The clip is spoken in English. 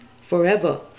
forever